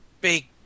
big